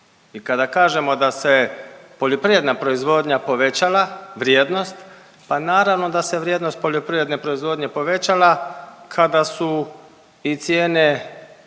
Kada kažemo da se poljoprivredna proizvodnja povećala, vrijednost, pa naravno da se vrijednost poljoprivredne proizvodnje povećala kada su i cijene